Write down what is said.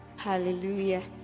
Hallelujah